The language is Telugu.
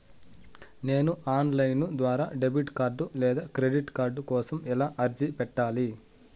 నేను ఆన్ లైను ద్వారా డెబిట్ కార్డు లేదా క్రెడిట్ కార్డు కోసం ఎలా అర్జీ పెట్టాలి?